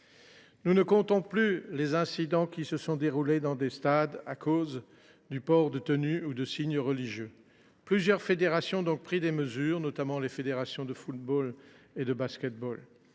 Nous ne comptons plus les incidents qui se sont déroulés dans des stades à cause du port de tenues ou de signes religieux. Plusieurs fédérations, notamment la Fédération française de football